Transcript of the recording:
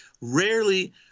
Rarely